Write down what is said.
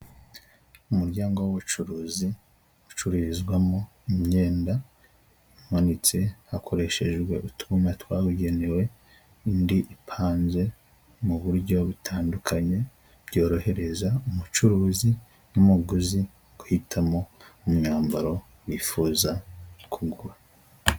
Umuryango w'ubucuruzi ucururizwamo imyenda, umanitse hakoreshejwe utwuma twabugenewe, indi ipanze mu buryo butandukanye, byorohereza umucuruzi n'umuguzi guhitamo umwambaro wifuza kugura.